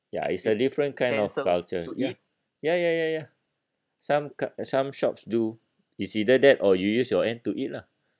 ya it's a different kind of culture ya ya ya ya ya some car some shops do it's either that or you use your hand to eat lah